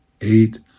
eight